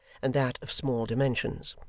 and that of small dimensions.